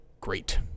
Great